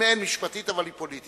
היא מעין משפטית, אבל היא פוליטית.